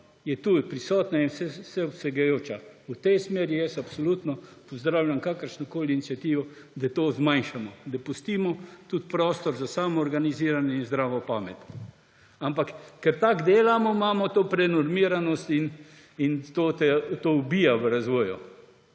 je tu prisotna in vseobsegajoča. V tej smeri jaz absolutno pozdravljam kakršnokoli iniciativo, da to zmanjšamo, da pustimo tudi prostor za samoorganiziranje in zdravo pamet. Ampak ker tako delamo, imamo prenormiranost in to ubija razvoj.